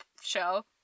show